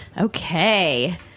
Okay